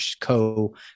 co